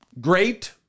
great